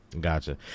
Gotcha